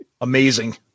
Amazing